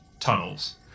Tunnels